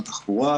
התחבורה,